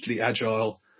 agile